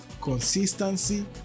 Consistency